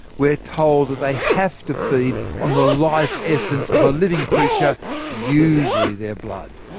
we're told they have to feed on the life essence of a living creature usually their blood.